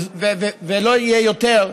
ולא יהיה יותר,